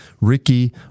Ricky